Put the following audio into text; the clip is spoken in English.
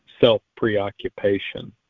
self-preoccupation